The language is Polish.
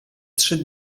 trzy